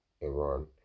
Iran